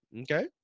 Okay